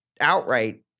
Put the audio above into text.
outright